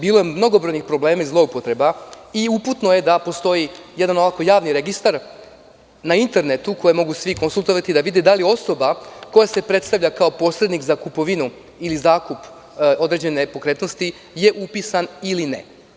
Bilo je mnogobrojnih problema i zloupotreba i uputno je da postoji jedan javni registar na internetu koji mogu svi konsultovati i videti da li je osoba koja se predstavlja kao posrednik za kupovinu ili zakup određene nepokretnosti upisana ili ne.